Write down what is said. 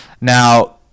Now